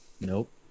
nope